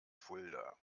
fulda